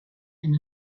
and